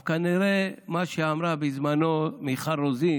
אבל כנראה מה שאמרה בזמנו מיכל רוזין